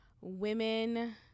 women